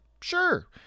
Sure